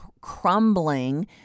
crumbling